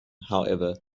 however